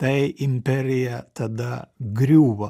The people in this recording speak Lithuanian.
tai imperija tada griūva